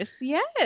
Yes